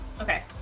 Okay